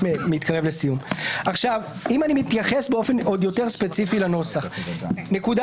אם אני מתייחס באופן ספציפי יותר לנוסח נקודה